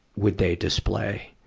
would they display?